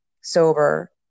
sober